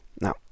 Now